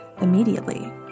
immediately